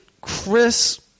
Chris